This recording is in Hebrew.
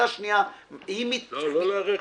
לא לרכב.